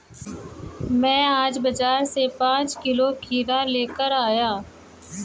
मैं आज बाजार से पांच किलो खीरा लेकर आया